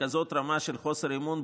בכזאת רמה של חוסר אמון,